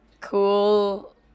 cool